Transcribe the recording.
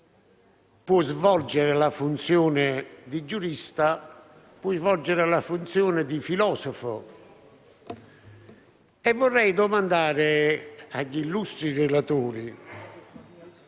può svolgere la funzione di giurista, può svolgere quella di filosofo vorrei allora domandare agli illustri relatori